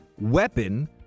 weapon